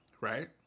right